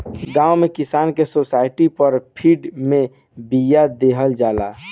गांव में किसान के सोसाइटी पर फ्री में बिया देहल जाला